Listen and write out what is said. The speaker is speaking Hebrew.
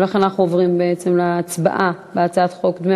ולכן אנחנו עוברים להצבעה על הצעת חוק דמי